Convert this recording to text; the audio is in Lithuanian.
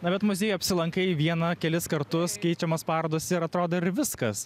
na bet muziejui apsilankai vieną kelis kartus keičiamos pardos ir atrodo ir viskas